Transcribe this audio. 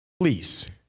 Please